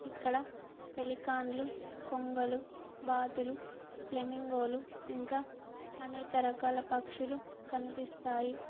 ఇక్కడ పెళ్లికాండ్లు కొంగలు బాతులు ప్లెమింగోలు ఇంకా అనేక రకాల పక్షులు కనిపిస్తాయి